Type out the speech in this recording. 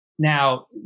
Now